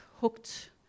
hooked